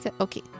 Okay